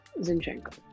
Zinchenko